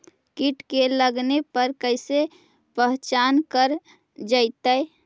कीट के लगने पर कैसे पहचान कर जयतय?